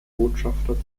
botschafter